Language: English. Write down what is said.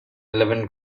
eleven